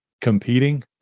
competing